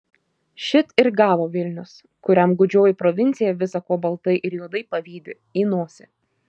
šit ir gavo vilnius kuriam gūdžioji provincija visa ko baltai ir juodai pavydi į nosį